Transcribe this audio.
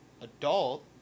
adult